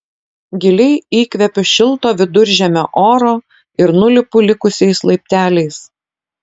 giliai įkvepiu šilto viduržemio oro ir nulipu likusiais laipteliais